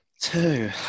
Two